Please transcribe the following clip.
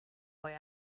boy